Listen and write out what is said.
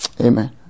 Amen